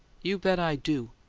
you bet i do!